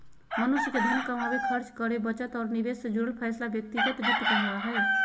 मनुष्य के धन कमावे, खर्च करे, बचत और निवेश से जुड़ल फैसला व्यक्तिगत वित्त कहला हय